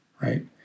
right